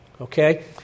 Okay